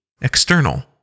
External